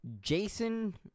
Jason